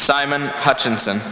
simon hutchinson